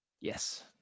yes